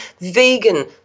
vegan